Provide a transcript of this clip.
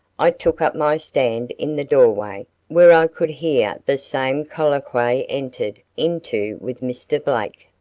i took up my stand in the doorway where i could hear the same colloquy entered into with mr. blake,